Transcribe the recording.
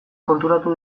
konturatu